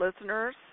listeners